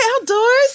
outdoors